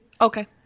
Okay